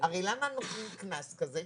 הרי למה נותנים קנס כזה?